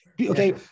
Okay